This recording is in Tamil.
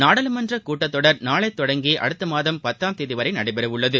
நாடாளுமன்ற கூட்டத்தொடர் நாளை தொடங்கி அடுத்த மாதம் பத்தாம் தேதி வரை நடைபெற உள்ளது